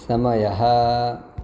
समयः